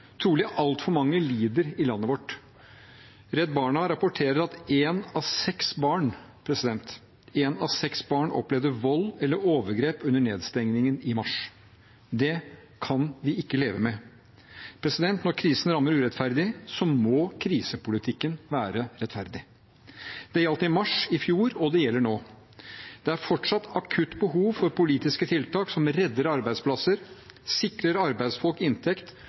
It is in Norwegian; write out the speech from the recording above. trolig altfor mange, lider i landet vårt. Redd Barna rapporterer at ett av seks barn opplevde vold eller overgrep under nedstengingen i mars. Det kan vi ikke leve med. Når krisen rammer urettferdig, må krisepolitikken være rettferdig. Det gjaldt i mars i fjor, og det gjelder nå. Det er fortsatt akutt behov for politiske tiltak som redder arbeidsplasser, sikrer arbeidsfolk inntekt